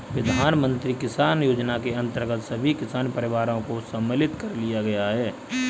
प्रधानमंत्री किसान योजना के अंतर्गत सभी किसान परिवारों को सम्मिलित कर लिया गया है